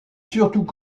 surtout